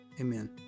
Amen